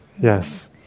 yes